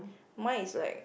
mine is like